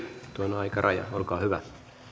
tuon aikarajan olkaa hyvä